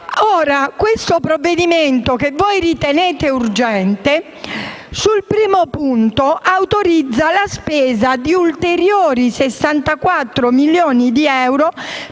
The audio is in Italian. questo provvedimento che voi ritenete urgente, al primo punto autorizza la spesa di ulteriori 64 milioni di euro